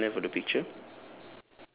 ya bottom left of the picture